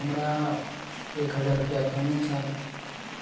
बुझिऔ लागि जाइ छै आबैमे हमरा सबके पास